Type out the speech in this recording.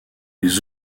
les